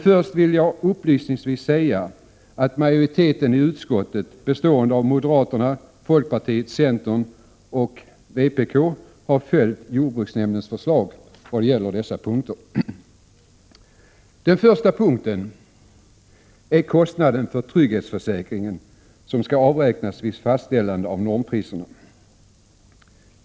Först vill jag upplysningsvis säga att majoriteten i utskottet, bestående av moderaterna, folkpartiet, centern och vpk, har följt jordbruksnämndens förslag vad gäller dessa punkter. Den första punkten är kostnaden för trygghetsförsäkringen, som skall avräknas vid fastställande av normpriserna.